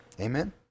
Amen